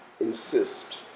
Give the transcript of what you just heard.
insist